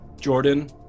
Jordan